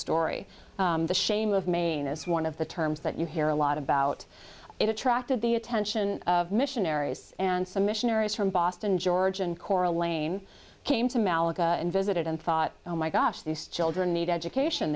story the shame of maine is one of the terms that you hear a lot about it attracted the attention of missionaries and some missionaries from boston george and cora layne came to malaga and visited and thought oh my gosh these children need education